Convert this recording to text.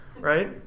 Right